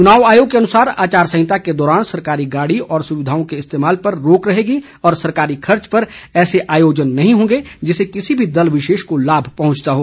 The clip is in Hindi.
चुनाव आयोग के अनुसार आचार संहिता के दौरान सरकारी गाड़ी और सुविधाओं के इस्तेमाल पर रोक रहेगी और सरकारी खर्च पर ऐसे आयोजन नहीं होंगे जिसे किसी भी दल विशेष को लाभ पहुंचता हो